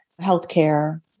healthcare